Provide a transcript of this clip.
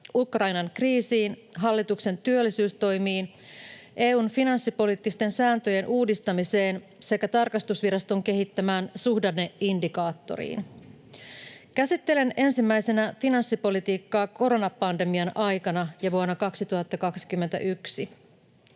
Ukrainan kriisiin, hallituksen työllisyystoimiin, EU:n finanssipoliittisten sääntöjen uudistamiseen sekä tarkastusviraston kehittämään suhdanneindikaattoriin. Käsittelen ensimmäisenä finanssipolitiikkaa koronapandemian aikana ja vuonna 2021.